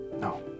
No